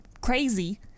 crazy